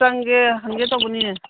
ꯆꯪꯒꯦ ꯍꯪꯒꯦ ꯇꯧꯕꯅꯤꯅꯦ